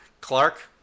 Clark